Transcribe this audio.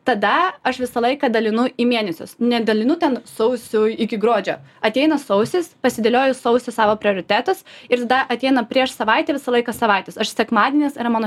tada aš visą laiką dalinu į mėnesius nedalinu ten sausiui iki gruodžio ateina sausis pasidėlioju sausio savo prioritetus ir tada ateina prieš savaitę visą laiką savaitės aš sekmadienis yra mano